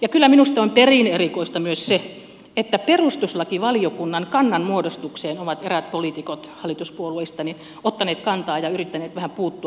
ja kyllä minusta on perin erikoista myös se että perustuslakivaliokunnan kannanmuodostukseen ovat eräät poliitikot hallituspuolueista ottaneet kantaa ja yrittäneet vähän puuttua